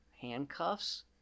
handcuffs